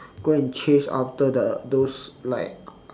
go and chase after the those like